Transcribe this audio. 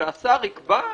השר יקבע?